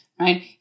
right